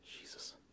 Jesus